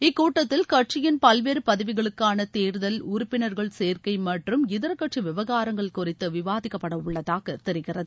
இக்கூட்டத்தில் கட்சியின் பல்வேறு பதவிகளுக்கான தேர்தல் உறுப்பினர்கள் சேர்க்கை மற்றும் இதர கட்சி விவகாரங்கள் குறித்து விவாதிக்கப்படவுள்ளதாக தெரிகிறது